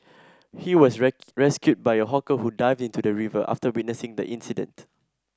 he was rescued by a hawker who dived into the river after witnessing the incident